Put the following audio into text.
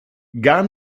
gar